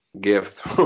gift